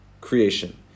creation